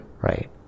Right